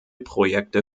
projekte